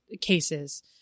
cases